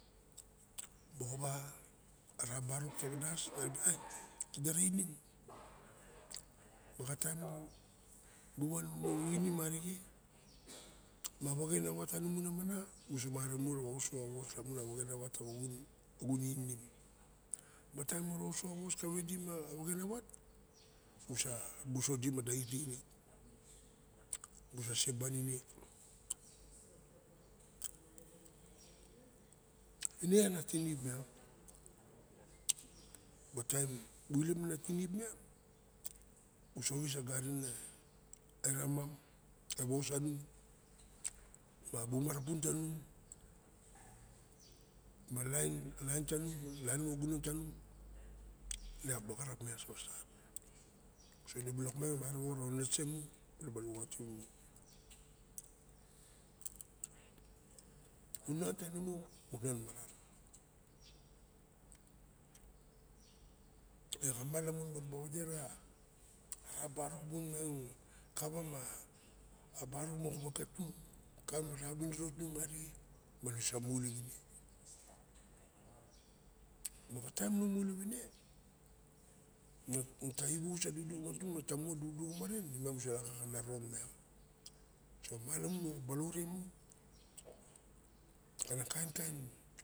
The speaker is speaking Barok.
Moxowa ara barok tawandas ta ribe ai dera inim maxa taim mu wan mu inim arixe ma wexen awat tanung ana mana musama mu rawa oso a was lamun a wexen awan tawa inim mataim mura oso a wos kawe dima wexen a wat? Musa buso dima dait lixilik. Musa seban ine ine ana tinip miang. Mataim nu ilep mana tirip miang nu sa oxis agarin iak aramam e was sanung ma bung marapun tanung ma lain tanung lain moxa gunon tanung ine bagarap miang nu se osak alaxa. So ine iak miang mara xliniro onenese mu moxa unan tanimu muranan maran. Me xama lamun eraba wade ara barok mong kawa ma barok moo wagatung kawa ma ra winiro timuarixe manusa mu maxa taim nung nu ilep ine ne ta xuxus a duduxuma tung mata mu duduxuma ren? Neiak na rong miang so malamun mura balaure mu xana kainkain.